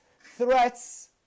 threats